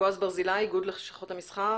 אחריו בעז ברזילי מאיגוד לשכות המסחר.